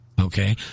Okay